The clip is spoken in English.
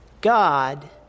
God